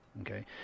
Okay